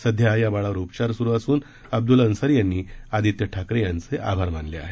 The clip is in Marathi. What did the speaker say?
सध्या या बाळावर उपचार सुरू असून अब्दुल अन्सारी यांनी आदित्य ठाकरे यांचे आभार मानले आहेत